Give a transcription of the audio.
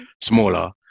smaller